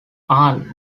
ahn